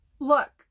Look